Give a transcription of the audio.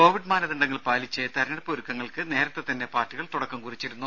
Covid മാനദണ്ഡങ്ങൾ പാലിച്ച് തിരഞ്ഞെടുപ്പ് ഒരുക്കങ്ങൾക്ക് നേരത്തെതന്നെ പാർട്ടികൾ തുടക്കം കുറിച്ചിരുന്നു